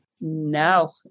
No